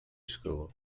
school